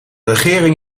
regering